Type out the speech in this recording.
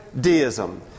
deism